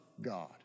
God